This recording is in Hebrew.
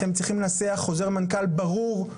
אתם צריכים לנסח חוזר מנכ"ל ברור,